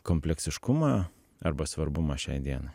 kompleksiškumą arba svarbumą šiai dienai